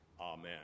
Amen